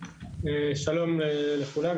שלום לכולם.